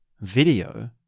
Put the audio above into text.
video